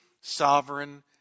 sovereign